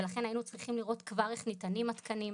ולכן היינו צריכים לראות כבר איך ניתנים התקנים,